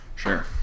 Sure